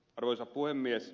arvoisa puhemies